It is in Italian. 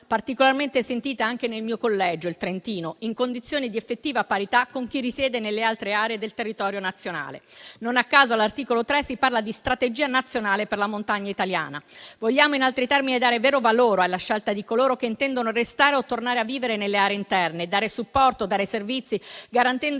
particolarmente sentito anche nel mio collegio, il Trentino, in condizioni di effettiva parità con chi risiede nelle altre aree del territorio nazionale. Non a caso all'articolo 3 si parla di strategia nazionale per la montagna italiana. Vogliamo, in altri termini, dare vero valore alla scelta di coloro che intendono restare o tornare a vivere nelle aree interne e dare loro supporto e servizi, garantendo